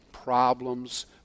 problems